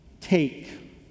take